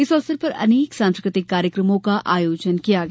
इस अवसर पर अनेक सांस्कृतिक कार्यक्रमों का आयोजन किया गया